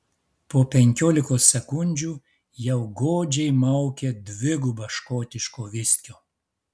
po penkiolikos sekundžių jau godžiai maukė dvigubą škotiško viskio